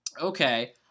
Okay